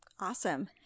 Awesome